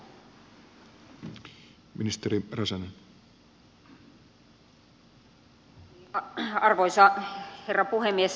arvoisa herra puhemies